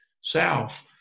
south